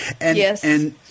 Yes